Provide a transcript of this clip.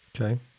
Okay